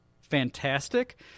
Fantastic